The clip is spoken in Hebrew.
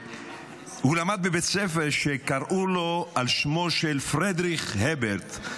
שהוא למד בבית ספר שקראו לו על שמו של פרידריך אברט,